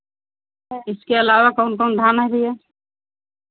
इसके अलावा कौन कौन धान है भैया